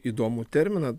įdomų terminą